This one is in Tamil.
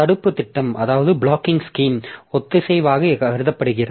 தடுப்பு திட்டம் ஒத்திசைவாக கருதப்படுகிறது